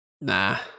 Nah